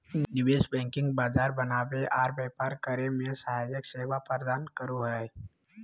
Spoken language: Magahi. निवेश बैंकिंग बाजार बनावे आर व्यापार करे मे सहायक सेवा प्रदान करो हय